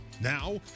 Now